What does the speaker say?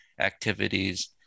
activities